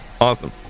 Awesome